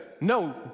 no